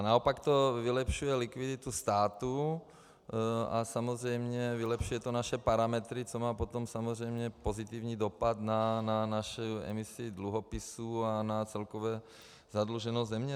Naopak to vylepšuje likviditu státu a samozřejmě vylepšuje to naše parametry, což má potom samozřejmě pozitivní dopad na naši emisi dluhopisů a na celkovou zadluženost země.